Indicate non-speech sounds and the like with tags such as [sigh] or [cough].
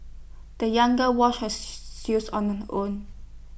the young girl washed her [unintelligible] shoes on her own